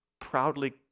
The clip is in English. proudly